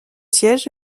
siège